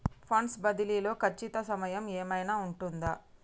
Funds బదిలీ లో ఖచ్చిత సమయం ఏమైనా ఉంటుందా?